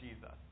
Jesus